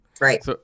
right